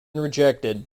rejected